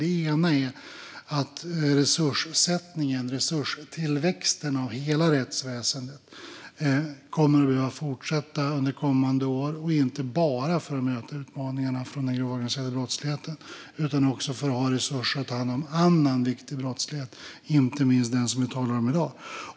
Det ena är att resurssättningen, resurstillväxten, när det gäller hela rättsväsendet kommer att behöva fortsätta under kommande år, inte bara för att möta utmaningarna från den grova organiserade brottsligheten utan också för att man ska ha resurser för att ta hand om annan viktig brottslighet, inte minst den som vi talar om i dag.